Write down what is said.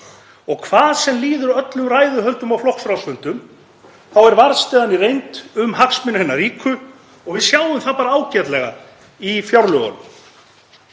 Og hvað sem líður öllum ræðuhöldum á flokksráðsfundum er varðstaðan í reynd um hagsmuni hinna ríku og við sjáum það bara ágætlega í fjárlögunum.